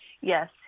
Yes